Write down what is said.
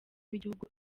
w’igihugu